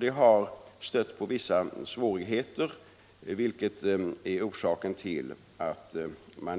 Det har stött på vissa svårigheter att finna